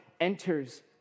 enters